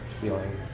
feeling